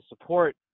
support